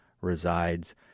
resides